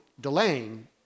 delaying